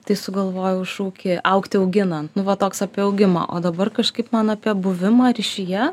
tai sugalvojau šūkį augti auginant nu va toks apie augimą o dabar kažkaip man apie buvimą ryšyje